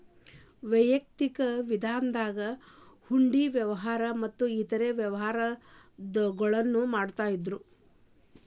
ವೈಯಕ್ತಿಕ ವಿಧಾನದಾಗ ಹುಂಡಿ ವ್ಯವಹಾರ ಮತ್ತ ಇತರೇ ವ್ಯಾಪಾರದಂಧೆಗಳನ್ನ ಮಾಡ್ತಿದ್ದರು